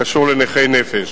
הקשור לנכי נפש.